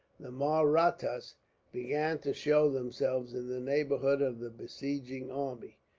the mahrattas began to show themselves in the neighbourhood of the besieging army.